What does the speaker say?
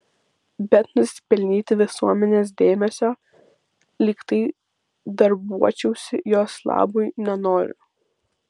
bet nusipelnyti visuomenės dėmesio lyg tai darbuočiausi jos labui nenoriu